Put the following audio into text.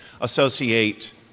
associate